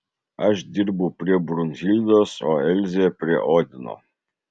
aš dirbau prie brunhildos o elzė prie odino